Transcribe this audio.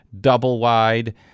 double-wide